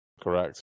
Correct